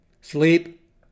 sleep